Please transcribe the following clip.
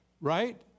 Right